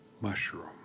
Mushroom